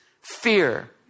fear